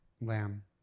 Lamb